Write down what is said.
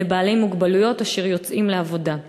לבעלי מוגבלויות אשר יוצאים לעבודה,